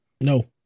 no